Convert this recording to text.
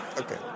Okay